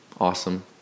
Awesome